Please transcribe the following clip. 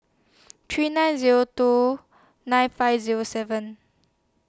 three nine Zero two nine five Zero seven